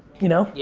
you know. yeah,